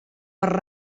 per